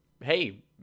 Hey